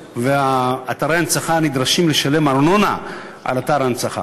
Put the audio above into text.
ואתרי ההנצחה נדרשים לשלם ארנונה על אתר ההנצחה,